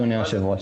אדוני היושב-ראש,